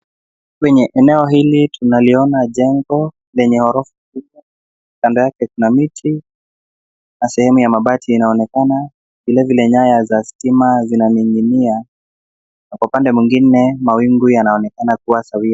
Kwenye eneo hili tunaliona jengo lenye ghorofa. Upande wake kuna miti na sehemu ya mabati inaonekana. Vile vile, nyaya za stima zinaning'inia na kwa pande mwingine mawingu yanaonekana kuwa sawia.